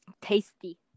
tasty